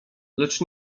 lecz